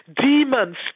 demons